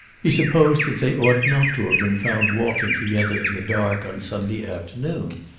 he supposed that they ought not to have been found walking together in the dark on sunday afternoon.